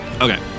Okay